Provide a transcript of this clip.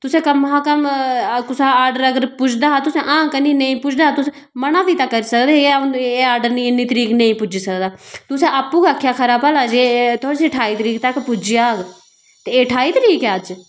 तुसें कम से कम कुसे आर्डर अगर पुजदा हा ते हां करनी ही नेईं पुजदा हा ते तुसें मना बी ते करी सकदे है एह् आर्डर नेईं इन्नी तरीक नेईं पुज्जी सकदा तुसें आपूं गै आखेआ खरा भला तुसेंगी ठाई तरीक तक पुज्जी जाग ते ठाई तरीक ऐ अज्ज